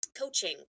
coaching